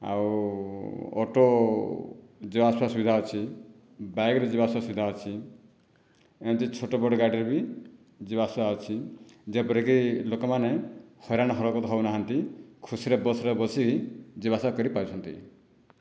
ଆଉ ଅଟୋ ଯିବା ଆସିବା ସୁବିଧା ଅଛି ବାଇକ୍ରେ ଯିବା ଆସିବା ସୁବିଧା ଅଛି ଏମିତି ଛୋଟ ବଡ଼ ଗାଡ଼ିରେ ବି ଯିବା ଆସିବା ଅଛି ଯେପରି କି ଲୋକମାନେ ହଇରାଣ ହରକତ ହେଉ ନାହାଁନ୍ତି ଖୁସିରେ ବସ୍ରେ ବସି ଯିବା ଆସିବା କରିପାରୁଛନ୍ତି